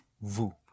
vous